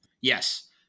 Yes